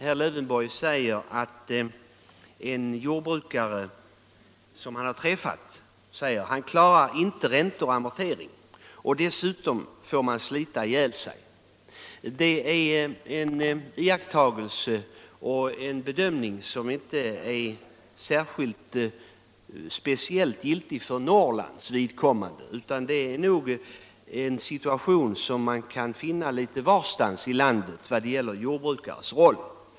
Han citerade en jordbrukare som han träffat och som uttalat att han inte klarar av räntor och amorteringar och att man dessutom ”ju får slita ihjäl sig”, som han sade. Det är nu en iakttagelse och en bedömning som inte är något speciellt för Norrlands vidkommande, utan det är en situation som man finner litet varstans bland landets jordbrukare.